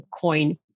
coin